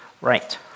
right